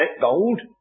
gold